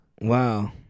wow